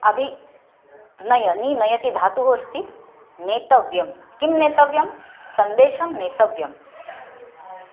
अभि नय नी नयति धातुः अस्ति नेतव्यं किं नेतव्यं सन्देशः नेतव्यः